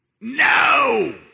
no